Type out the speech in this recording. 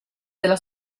della